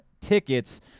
tickets